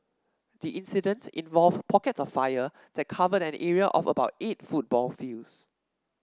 the incident involved pockets of fire that covered an area of about eight football fields